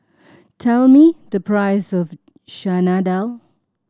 tell me the price of Chana Dal